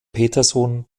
peterson